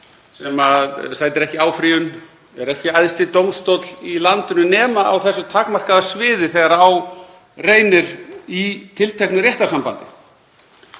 sem sætir ekki áfrýjun, er ekki æðsti dómstóll í landinu nema á þessu takmarkaða sviði þegar á reynir í tilteknu réttarsambandi.